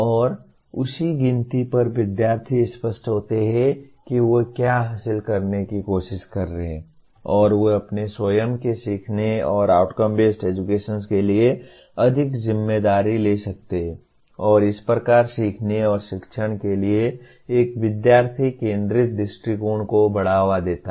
और उसी गिनती पर विद्यार्थी स्पष्ट होते हैं कि वे क्या हासिल करने की कोशिश कर रहे हैं और वे अपने स्वयं के सीखने और आउटकम बेस्ड एजुकेशन के लिए अधिक जिम्मेदारी ले सकते हैं और इस प्रकार सीखने और शिक्षण के लिए एक विद्यार्थी केंद्रित दृष्टिकोण को बढ़ावा देता है